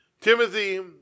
Timothy